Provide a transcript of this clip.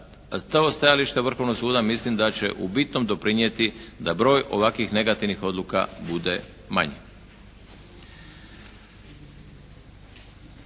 a to stajalište Vrhovnog suda, mislim da će u bitnom doprinijeti da broj ovakvih negativnih odluka bude manji.